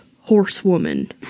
Horsewoman